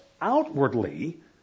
outwardly